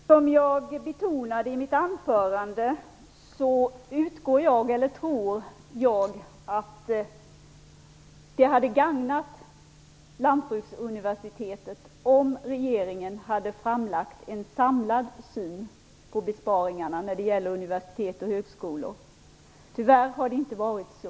Fru talman! Som jag betonade i mitt huvudanförande hade det nog gagnat Lantbruksuniversitetet om regeringen hade presenterat en samlad syn på besparingarna när det gäller universitet och högskolor. Tyvärr har det inte varit så.